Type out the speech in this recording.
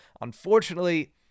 Unfortunately